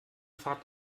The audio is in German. fahrt